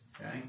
Okay